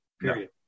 period